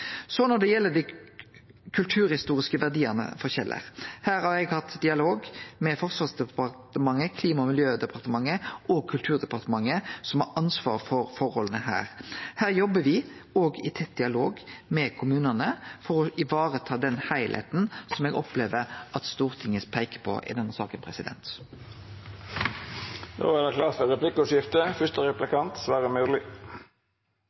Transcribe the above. Når det gjeld dei kulturhistoriske verdiane på Kjeller, har eg hatt dialog med Forsvarsdepartementet, Klima- og miljødepartementet og Kulturdepartementet, som har ansvar for forholda her. Me jobbar òg i tett dialog med kommunane for å vareta den heilskapen som eg opplever at Stortinget peiker på i denne saka.